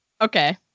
Okay